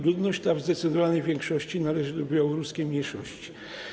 Ludność ta w zdecydowanej większości należy do białoruskiej mniejszości.